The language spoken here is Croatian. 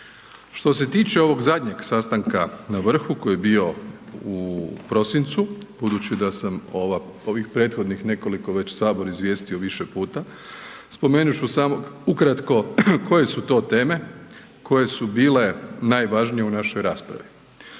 Što se tiče ovog zadnjeg sastanka na vrhu koji je bio u prosincu budući da sam ovih prethodnih nekoliko već Sabor izvijestio više puta, spomenut ću samo ukratko koje su to teme koje su bile najvažnije u našoj raspravi.